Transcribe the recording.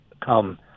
come